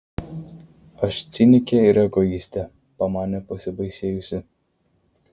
aš cinikė ir egoistė pamanė pasibaisėjusi